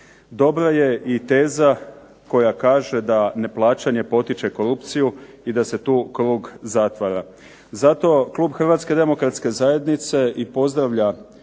Dobra je i teza koja kaže da neplaćanje potiče korupciju i da se tu krug zatvara. Zato klub Hrvatske demokratske zajednice i pozdravlja